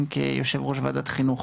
גם כיושב-ראש ועדת החינוך,